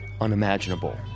unimaginable